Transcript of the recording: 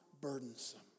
burdensome